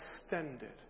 extended